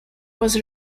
was